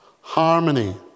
Harmony